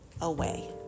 away